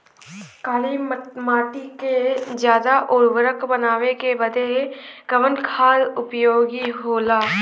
काली माटी के ज्यादा उर्वरक बनावे के बदे कवन खाद उपयोगी होला?